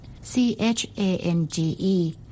C-H-A-N-G-E